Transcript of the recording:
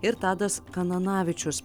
ir tadas kananavičius